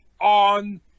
on